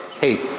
hey